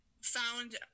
found